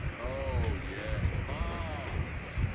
oh, yes! marvelous!